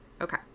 okay